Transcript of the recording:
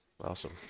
Awesome